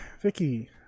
Vicky